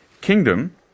Kingdom